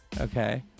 Okay